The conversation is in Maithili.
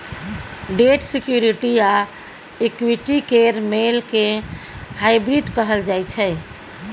डेट सिक्युरिटी आ इक्विटी केर मेल केँ हाइब्रिड कहल जाइ छै